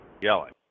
Yelling